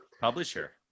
publisher